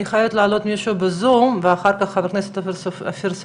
אני חייבת להעלות מישהו בזום ואחר כך חבר הכנסת אופיר סופר.